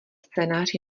scénář